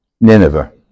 Nineveh